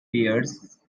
pears